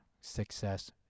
success